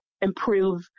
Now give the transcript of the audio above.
improve